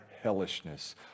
hellishness